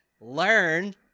learn